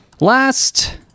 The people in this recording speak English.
Last